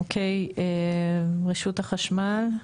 אוקיי, רשות החשמל,